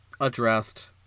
addressed